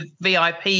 VIP